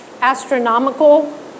astronomical